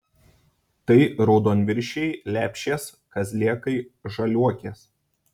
tai raudonviršiai lepšės kazlėkai žaliuokės